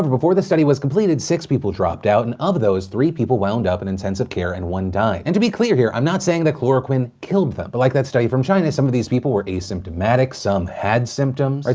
before this study was completed, six people dropped out. and, of those, three people wound up in intensive care and one died. and, to be completely clear here, i'm not saying chloroquine killed them. but, like that study from china, some of these people were asymptomatic, some had symptoms. like